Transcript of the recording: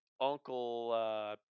Uncle